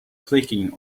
clicking